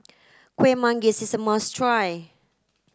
Kueh Manggis is a must try